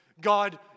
God